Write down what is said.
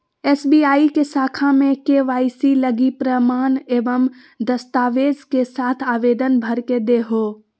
SBI के शाखा में के.वाई.सी लगी प्रमाण एवं दस्तावेज़ के साथ आवेदन भर के देहो